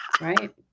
Right